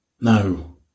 No